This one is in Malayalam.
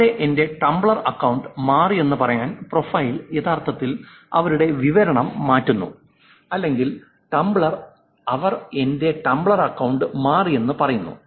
അവിടെ എന്റെ ടംബ്ലർ അക്കൌണ്ട് മാറിയെന്ന് പറയാൻ പ്രൊഫൈൽ യഥാർത്ഥത്തിൽ അവരുടെ വിവരണം മാറ്റുന്നു അല്ലെങ്കിൽ ടംബ്ലർ ൽ അവർ എന്റെ ടംബ്ലർ അക്കൌണ്ട് മാറിയെന്ന് പറയുന്നു